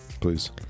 please